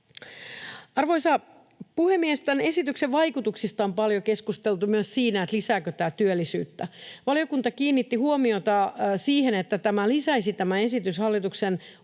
Arvoisa puhemies! Tämän esityksen vaikutuksista on paljon keskusteltu myös sen suhteen, lisääkö tämä työllisyyttä. Valiokunta kiinnitti huomiota siihen, että tämä esitys lisäisi hallituksen oman